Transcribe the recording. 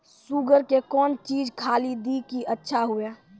Sugar के कौन चीज खाली दी कि अच्छा हुए?